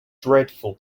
dreadful